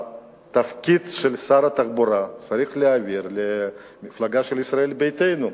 את התפקיד של שר התחבורה צריך להעביר למפלגה של ישראל ביתנו.